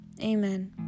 Amen